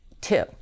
two